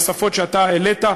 בשפות שאתה העלית,